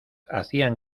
hacían